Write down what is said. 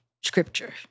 scripture